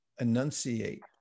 enunciate